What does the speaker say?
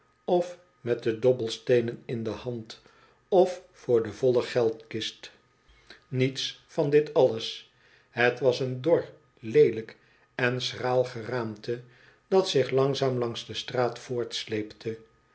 of mot de dobbelsteenen in de hand of voor de volle geldkist niets van dit alles het was een dor leelijk en schraal geraamte dat zich langzaam langs de straat